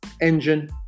engine